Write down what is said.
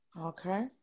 Okay